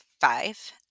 five